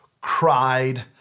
cried